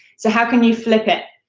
so, how can you flip it?